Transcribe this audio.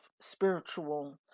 spiritual